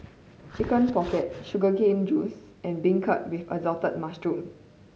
Chicken Pocket sugar cane juice and beancurd with assorted mushroom